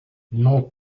non